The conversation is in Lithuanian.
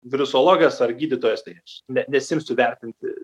virusologas ar gydytojas tai aš ne nesiimsiu vertinti